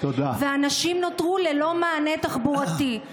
ואנשים נותרו ללא מענה תחבורתי.